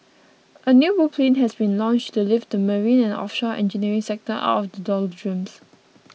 a new blueprint has been launched to lift the marine and offshore engineering sector out of the doldrums